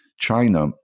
China